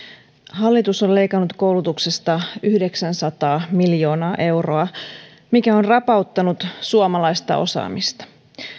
hallitus on leikannut koulutuksesta yhdeksänsataa miljoonaa euroa mikä on rapauttanut suomalaista osaamista